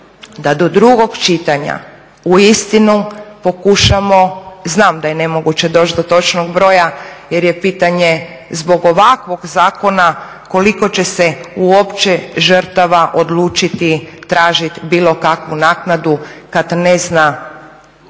da do drugog čitanja uistinu pokušamo, znam da je nemoguće doći do točnog broja jer je pitanje zbog ovakvog zakona koliko će se uopće žrtava odlučiti tražiti bilo kakvu naknadu kad ne zna